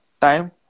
time